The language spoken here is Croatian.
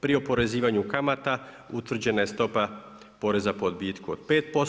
Pri oporezivanju kamata utvrđena je stopa poreza po odbitku od 5%